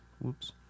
Whoops